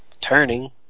turning